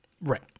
Right